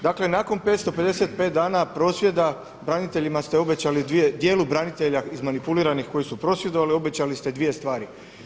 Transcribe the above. Dakle nakon 555 dana prosvjeda braniteljima ste dijelu branitelja izmanipuliranih koji su prosvjedovali obećali ste dvije stvari.